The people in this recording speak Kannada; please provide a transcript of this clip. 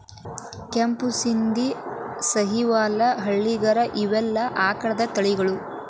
ಕೆಂಪು ಶಿಂದಿ, ಸಹಿವಾಲ್ ಹಳ್ಳಿಕಾರ ಇವೆಲ್ಲಾ ಆಕಳದ ತಳಿಗಳು